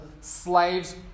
slaves